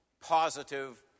positive